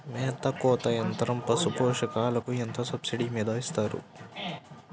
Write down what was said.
మేత కోత యంత్రం పశుపోషకాలకు ఎంత సబ్సిడీ మీద ఇస్తారు?